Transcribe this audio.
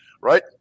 right